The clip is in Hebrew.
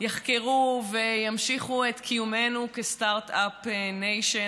יחקרו וימשיכו את קיומנו כסטרטאפ ניישן.